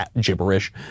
gibberish